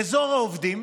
באזור העובדים